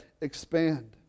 expand